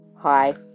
Hi